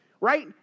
right